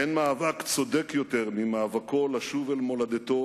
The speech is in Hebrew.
אין מאבק צודק יותר ממאבקו לשוב אל מולדתו